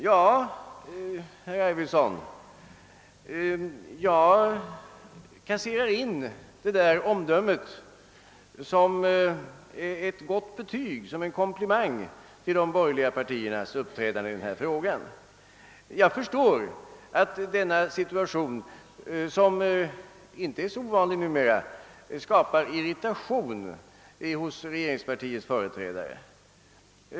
Ja, herr Arvidson, jag inkasserar detta omdöme som ett gott betyg, som en komplimang för de borgerliga partiernas uppträdande. Jag förstår att denna situation — som inte är så ovanlig numera — skapar irritation hos regeringspartiets företrädare.